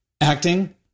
acting